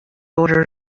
order